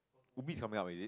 Ubi is coming up is it